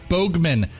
Bogman